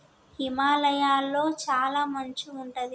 హిమాలయ లొ చాల మంచు ఉంటది